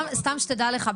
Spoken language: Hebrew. סתם שתדע לך,